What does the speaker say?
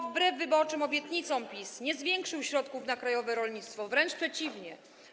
Wbrew wyborczym obietnicom PiS nie zwiększył środków na krajowe rolnictwo, wręcz przeciwnie.